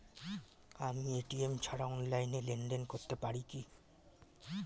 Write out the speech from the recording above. আমি এ.টি.এম ছাড়া অনলাইনে লেনদেন করতে পারি কি?